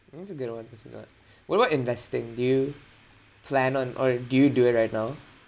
it's a good [one] thanks a lot what about investing do you plan on or do you do it right now